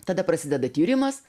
tada prasideda tyrimas